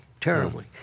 terribly